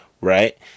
right